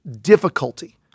difficulty